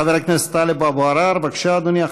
חבר הכנסת טלב אבו עראר, בבקשה, אדוני.